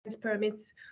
permits